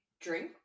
drink